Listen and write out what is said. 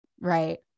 right